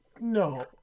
No